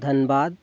ᱫᱷᱟᱱᱵᱟᱫᱽ